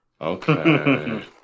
Okay